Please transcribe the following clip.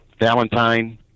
Valentine